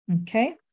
Okay